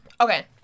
Okay